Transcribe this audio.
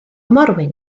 morwyn